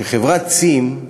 שחברת "צים",